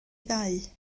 ddau